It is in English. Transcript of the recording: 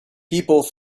people